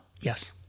Yes